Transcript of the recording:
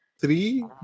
Three